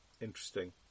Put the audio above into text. interesting